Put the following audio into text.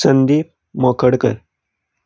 Sandeep Mokhadkar